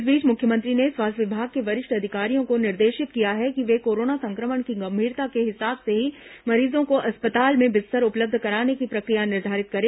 इस बीच मुख्यमंत्री ने स्वास्थ्य विभाग के वरिष्ठ अधिकारियों को निर्देशित किया है कि वे कोरोना संक्रमण की गंभीरता के हिसाब से ही मरीजों को अस्पताल में बिस्तर उपलब्ध कराने की प्रक्रिया निर्धारित करें